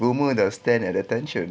roma dah stand at attention